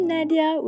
Nadia